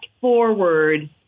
forward